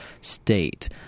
state